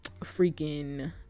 freaking